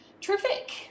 terrific